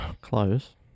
Close